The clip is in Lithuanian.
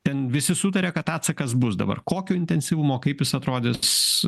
ten visi sutaria kad atsakas bus dabar kokio intensyvumo kaip jis atrodys